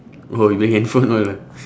oh you bring handphone all ah